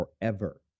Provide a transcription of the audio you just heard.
forever